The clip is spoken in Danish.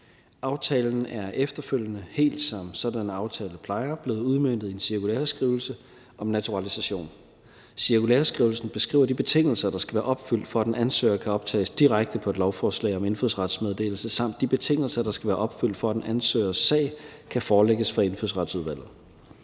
Aftalen er efterfølgende, helt som sådanne aftaler plejer at blive det, blevet udmøntet i en cirkulæreskrivelse om naturalisation. Cirkulæreskrivelsen beskriver de betingelser, der skal være opfyldt, for at en ansøger kan optages direkte på et lovforslag om indfødsrets meddelelse, samt de betingelser, der skal være opfyldt, for at en ansøgers sag kan forelægges for Indfødsretsudvalget.